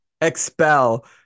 expel